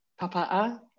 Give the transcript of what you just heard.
papa'a